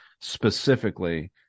specifically